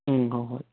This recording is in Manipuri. ꯎꯝ ꯍꯣꯏ ꯍꯣꯏ